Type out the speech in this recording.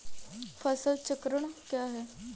फसल चक्रण क्या है?